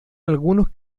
algunos